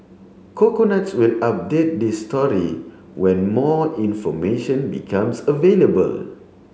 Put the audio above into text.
coconuts will update this story when more information becomes available